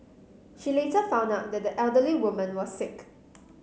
she later found out that the elderly woman was sick